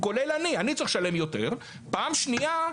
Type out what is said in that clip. כולל אותי, אני צריך לשלם יותר, ופעם שנייה,